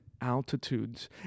altitudes